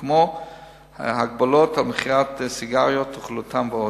כמו הגבלות על מכירת סיגריות, תכולתן ועוד.